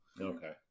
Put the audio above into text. Okay